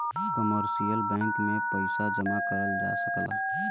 commercial bank में पइसा जमा करल जा सकला